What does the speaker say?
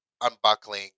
unbuckling